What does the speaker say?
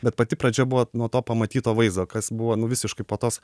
bet pati pradžia buvo nuo to pamatyto vaizdo kas buvo nu visiškai po tos